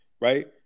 right